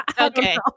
Okay